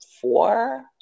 four